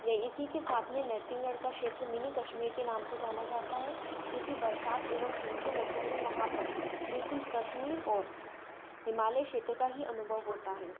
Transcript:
या इसी के साथ में नरसिंगगढ़ का क्षेत्र मिनी कश्मीर के नाम से जाना जाता है क्योंकि बरसात एवं ठंड के मौसम में वहाँ पर बिल्कुल कश्मीर और हिमालय क्षेत्र का ही अनुभव होता है